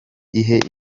ihe